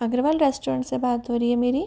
Agarwal restaurant से बात हो रही है मेरी